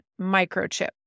Microchip